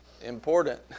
important